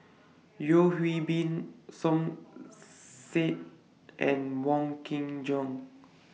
Yeo Hwee Bin Som Said and Wong Kin Jong